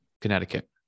Connecticut